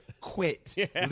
quit